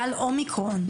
גל אומיקרון.